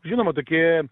žinoma tokie